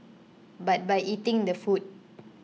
but by eating the food